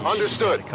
Understood